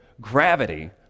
Gravity